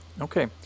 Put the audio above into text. Okay